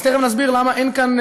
אז תכף נסביר למה אין כאן,